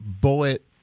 bullet